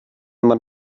man